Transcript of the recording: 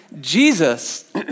Jesus